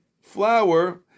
flour